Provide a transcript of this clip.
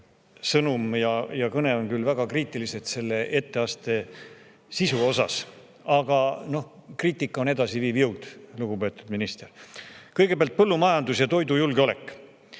sõnum ja kõne on küll väga kriitilised selle etteaste sisu suhtes. Aga noh, kriitika on edasiviiv jõud, lugupeetud minister. Kõigepealt põllumajandus ja toidujulgeolek.